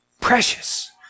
Precious